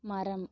மரம்